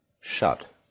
shut